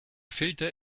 filter